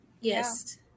Yes